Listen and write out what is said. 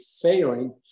failing